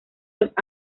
los